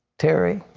terry